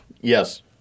Yes